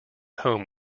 home